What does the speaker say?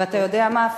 ואתה יודע מה?